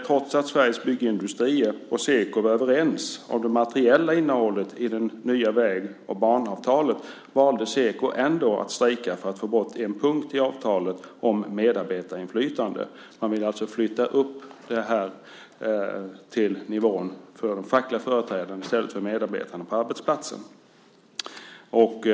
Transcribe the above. Trots att Sveriges Byggindustrier och Seko var överens om det materiella innehållet i det nya väg och banavtalet valde Seko att strejka för att få bort en punkt i avtalet om medarbetarinflytande. Man vill alltså flytta upp det här till nivån för fackliga företrädare i stället för att det ska ligga hos medarbetarna på arbetsplatsen.